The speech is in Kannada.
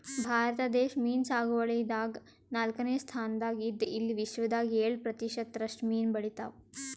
ಭಾರತ ದೇಶ್ ಮೀನ್ ಸಾಗುವಳಿದಾಗ್ ನಾಲ್ಕನೇ ಸ್ತಾನ್ದಾಗ್ ಇದ್ದ್ ಇಲ್ಲಿ ವಿಶ್ವದಾಗ್ ಏಳ್ ಪ್ರತಿಷತ್ ರಷ್ಟು ಮೀನ್ ಬೆಳಿತಾವ್